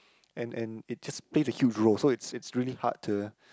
and and it just play the huge role so it's it's really hard to